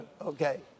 Okay